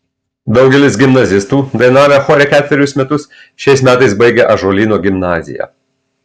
daugelis gimnazistų dainavę chore ketverius metus šiais metais baigia ąžuolyno gimnaziją